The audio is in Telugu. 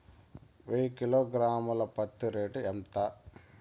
వెయ్యి కిలోగ్రాము ల పత్తి రేటు ఎంత?